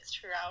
throughout